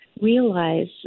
realize